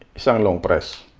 so long press